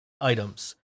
items